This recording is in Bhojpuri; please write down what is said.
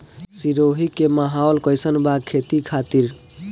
सिरोही के माहौल कईसन बा खेती खातिर?